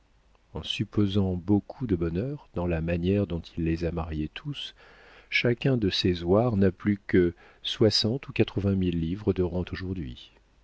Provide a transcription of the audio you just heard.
en supposant beaucoup de bonheur dans la manière dont il les a mariés tous chacun de ses hoirs n'a plus que soixante ou quatre-vingt mille livres de rente aujourd'hui